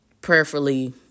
prayerfully